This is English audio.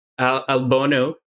Albono